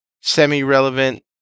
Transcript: semi-relevant